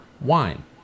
wine